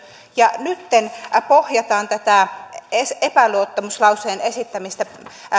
ja nytten pohjataan tätä epäluottamuslauseen esittämistä